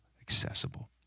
accessible